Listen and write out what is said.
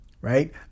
Right